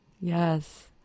Yes